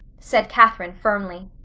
said catherine firmly.